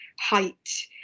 height